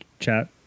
chat